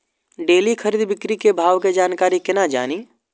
Daily खरीद बिक्री के भाव के जानकारी केना जानी?